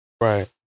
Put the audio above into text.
Right